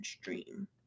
stream